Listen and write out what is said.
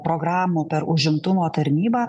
programų per užimtumo tarnybą